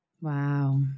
Wow